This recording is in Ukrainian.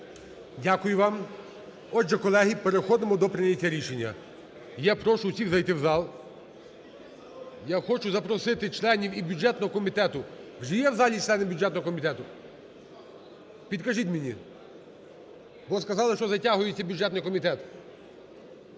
Дякую вам. Отже, колеги, переходимо до прийняття рішення. Я прошу всіх зайти в зал. Я хочу запросити членів і бюджетного комітету. Адже є в залі члени бюджетного комітету, підкажіть мені? От сказали, що затягується бюджетний комітет.